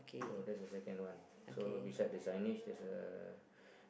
so that is second one so beside the sign there is a